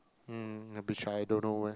mm which I don't know where